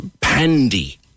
Pandy